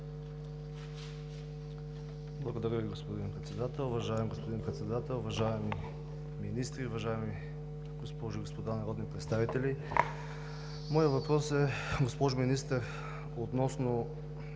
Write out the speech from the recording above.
Благодаря Ви, господин Председател. Уважаеми господин Председател, уважаеми министри, уважаеми госпожи и господа народни представители! Моят въпрос, госпожо Министър, е относно